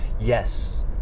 yes